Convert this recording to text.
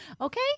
Okay